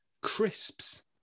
crisps